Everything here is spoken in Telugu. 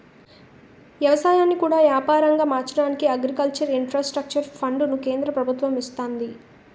ఎవసాయాన్ని కూడా యాపారంగా మార్చడానికి అగ్రికల్చర్ ఇన్ఫ్రాస్ట్రక్చర్ ఫండును కేంద్ర ప్రభుత్వము ఇస్తంది